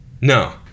No